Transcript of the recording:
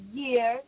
year